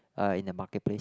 uh in the market place